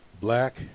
black